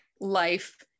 life